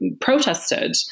protested